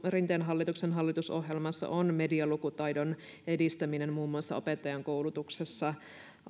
rinteen hallituksen hallitusohjelmassa on medialukutaidon edistäminen muun muassa opettajankoulutuksessa